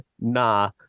nah